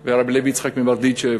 ה"תניא" והרב לוי יצחק מברדיצ'ב,